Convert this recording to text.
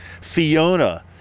Fiona